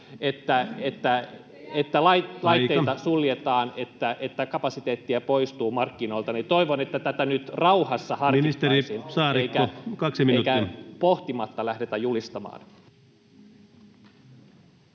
että laitteita suljetaan, että kapasiteettia poistuu markkinoilta? Toivon, että tätä nyt rauhassa harkittaisiin eikä pohtimatta lähdetä julistamaan.